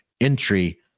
entry